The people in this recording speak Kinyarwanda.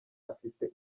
afite